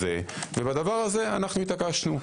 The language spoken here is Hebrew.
ובדבר הזה התעקשנו.